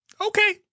Okay